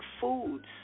foods